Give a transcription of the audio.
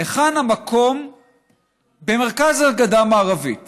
היכן המקום במרכז הגדה המערבית